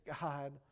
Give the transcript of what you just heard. God